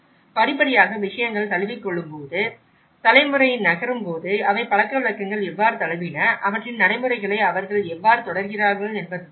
படிப்படியாக விஷயங்கள் தழுவிக்கொள்ளும்போது தலைமுறை நகரும் போது அவை பழக்கவழக்கங்களை எவ்வாறு தழுவின அவற்றின் நடைமுறைகளை அவர்கள் எவ்வாறு தொடர்கிறார்கள் என்பதுதான் ஆகும்